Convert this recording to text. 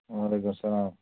وعلیکُم سلام